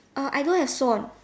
uh I don't have swan